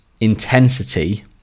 intensity